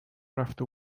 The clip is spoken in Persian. رفته